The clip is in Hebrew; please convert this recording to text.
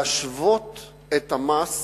להשוות את המס